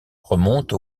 remonte